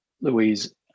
Louise